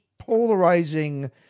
polarizing